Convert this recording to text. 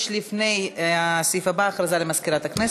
לפני הסעיף הבא, יש הודעה למזכירת הכנסת.